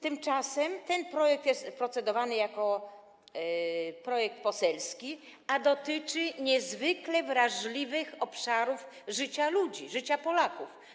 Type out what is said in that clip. Tymczasem ten projekt jest procedowany jako projekt poselski, a dotyczy niezwykle wrażliwych obszarów życia ludzi, życia Polaków.